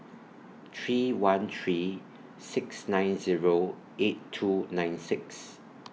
three one three six nine Zero eight two nine six